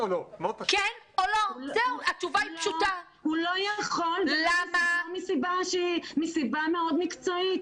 הוא לא יכול מסיבה מאוד מקצועית.